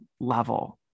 level